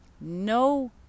No